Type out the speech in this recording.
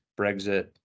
Brexit